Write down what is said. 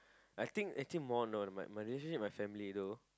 I think I think more no my my relationship with my family though